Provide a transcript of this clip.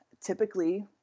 Typically